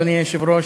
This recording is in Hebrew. אדוני היושב-ראש,